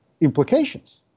implications